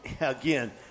again